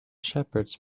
shepherds